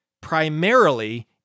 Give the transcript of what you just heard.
primarily